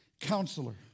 Counselor